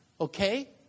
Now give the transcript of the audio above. okay